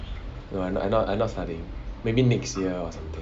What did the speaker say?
no I not I not studying maybe next year lah or something